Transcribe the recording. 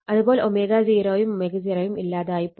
പോൽ ω0 യും ω0 യും ഇല്ലാതെയായി പോകും